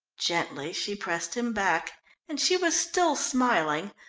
gently she pressed him back and she was still smiling,